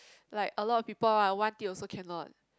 like a lot of people what want it also cannot